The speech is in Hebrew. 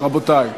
רבותי.